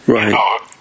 Right